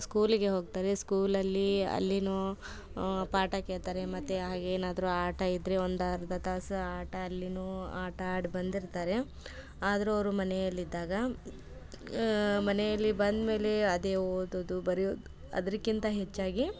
ಸ್ಕೂಲಿಗೆ ಹೋಗ್ತಾರೆ ಸ್ಕೂಲಲ್ಲಿ ಅಲ್ಲಿಯೂ ಪಾಠ ಕೇಳ್ತಾರೆ ಮತ್ತು ಹಾಗೇ ಏನಾದರು ಆಟ ಇದ್ದರೆ ಒಂದು ಅರ್ಧ ತಾಸು ಆಟ ಅಲ್ಲಿಯೂ ಆಟ ಆಡಿ ಬಂದಿರ್ತಾರೆ ಆದರೂ ಅವ್ರು ಮನೆಯಲ್ಲಿದ್ದಾಗ ಮನೆಯಲ್ಲಿ ಬಂದ ಮೇಲೆ ಅದೇ ಓದೋದು ಬರೆಯೋದು ಅದಕ್ಕಿಂತ ಹೆಚ್ಚಾಗಿ